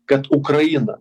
kad ukraina